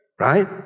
Right